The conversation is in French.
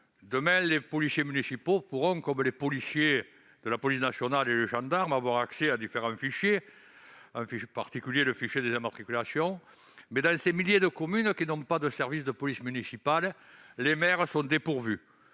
Demain, les policiers municipaux pourront, à l'instar des membres de la police nationale et des gendarmes, avoir accès à différents fichiers, en particulier celui des immatriculations. Toutefois, dans ces milliers de communes qui n'ont pas de police municipale, les maires sont dépourvus